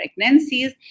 pregnancies